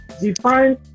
define